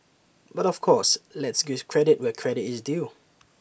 but of course let's give credit where credit is due